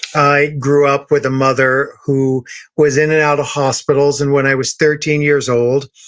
i grew up with a mother who was in and out of hospitals, and when i was thirteen years old,